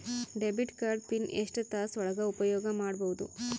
Debit card PIN ಎಷ್ಟ ತಾಸ ಒಳಗ ಉಪಯೋಗ ಮಾಡ್ಬಹುದು?